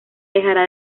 dejará